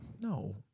No